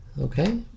okay